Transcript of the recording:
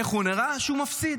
איך הוא נראה כשהוא מפסיד.